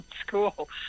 school